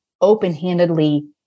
open-handedly